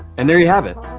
and there you have it,